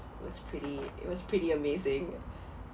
it was pretty it was pretty amazing